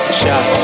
shot